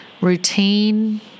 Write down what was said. routine